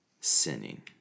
sinning